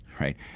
right